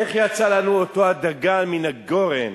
איך יצא לנו אותו הדגן מן הגורן,